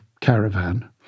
caravan